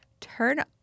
turn